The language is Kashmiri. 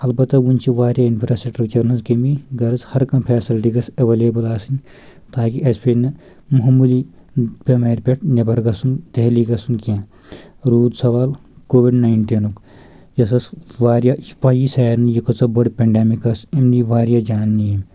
البتہٕ وُنہِ چھِ واریاہ انفراسٹرکچرن ہنٛز کٔمی غرض ہر کانٛہہ فیسلٹی گٔژھ ایٚولیبٕل آسٕنۍ تاکہِ اسہِ پیٚیہِ نہٕ مہمولی بٮ۪مارِ پٮ۪ٹھ نیبر گژھُن دہلی گژھُن کینٛہہ روٗد سوال کووِڈ ناینٹیٖنُک یۄس اسہِ واریاہ یہِ چھِ پیی سارنی یہِ کۭژاہ بٔڑ پیٚنڈمِک ٲس أمۍ نی واریاہ جانہٕ نی أمۍ